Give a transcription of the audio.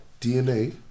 DNA